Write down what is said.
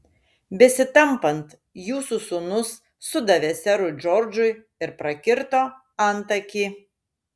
besitampant jūsų sūnus sudavė serui džordžui ir prakirto antakį